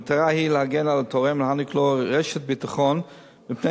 המטרה היא להגן על התורם ולהעניק לו רשת ביטחון מפני